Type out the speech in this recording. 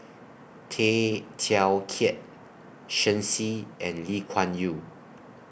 Tay Teow Kiat Shen Xi and Lee Kuan Yew